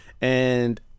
And-